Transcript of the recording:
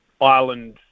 Ireland